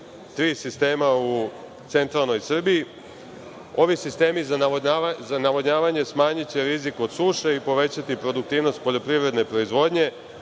tri sistema u centralnoj Srbiji. Ovi sistemi za navodnjavanje smanjiće rizik od suša i povećati produktivnost poljoprivredne proizvodnje,